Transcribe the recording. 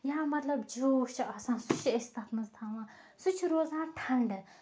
یا مطلب جوش چھُ آسان سُہ چھِ أسۍ تَتھ منٛز تھاوان سُہ چھُ روزان ٹھنڈٕ